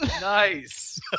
Nice